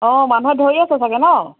অ মানুহে ধৰি আছে চাগে ন'